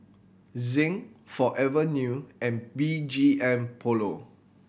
Zinc Forever New and B G M Polo